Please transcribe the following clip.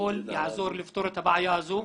שהכול יעזור לפתור את הבעיה הזו.